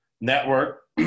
network